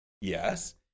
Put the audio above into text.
yes